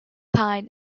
pine